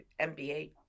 MBA